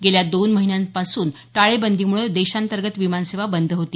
गेल्या दोन महिन्यापासून टाळेबंदीमुळं देशातंर्गत विमानसेवा बंद होती